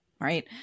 Right